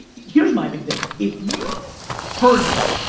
ah here's my big thing. if you've heard me,